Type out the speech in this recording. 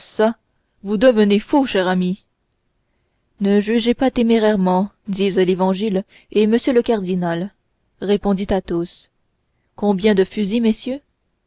vous devenez fou cher ami ne jugez pas témérairement disent l'évangile et m le cardinal répondit athos combien de fusils messieurs